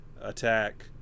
attack